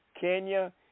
Kenya